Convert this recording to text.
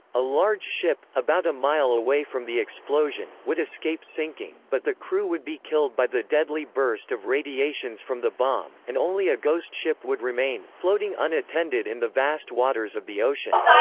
a large ship, about a mile away from the explosion, would escape sinking, but the crew would be killed by the deadly burst of radiations from the bomb, and only a ghost ship would remain, floating unattended in the vast waters of the ocean.